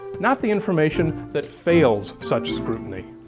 not the information that fails such scrutiny.